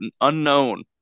unknown